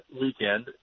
weekend